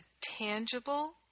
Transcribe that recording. tangible